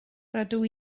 rydw